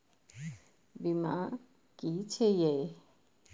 बीमा की छी ये?